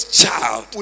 child